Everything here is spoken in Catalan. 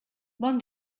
bon